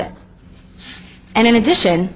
it and in addition